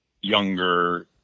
younger